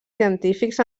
científics